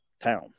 town